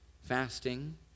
fasting